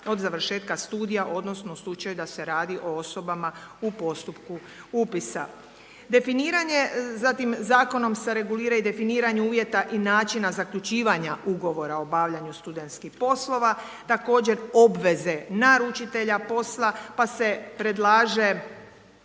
od završetka studija, odnosno u slučaju da se radi o osobama u postupku upisa. Definiranje, zatim zakonom se regulira i definiranje uvjeta i načina zaključivanja ugovora o obavljanju studentskih poslova, također obveze naručitelja posla, pa se predlaže